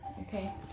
Okay